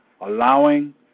allowing